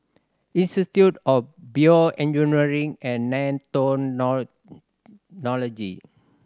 Institute of BioEngineering and Nanotechnology